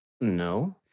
No